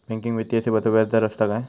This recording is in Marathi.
बँकिंग वित्तीय सेवाचो व्याजदर असता काय?